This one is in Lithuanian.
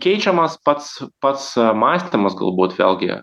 keičiamas pats pats mąstymas galbūt vėlgi